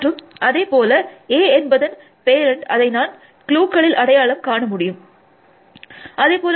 மற்றும் அதே போல எ என்பதன் பேரண்ட் அதை நான் க்ளூக்களில் அடையாளம் காண முடியும் அதே போல